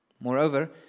Moreover